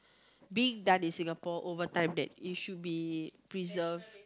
being done in Singapore over time that it should be preserved